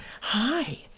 hi